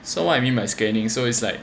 so what I mean by scanning so it's like